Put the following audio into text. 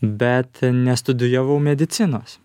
bet nestudijavau medicinos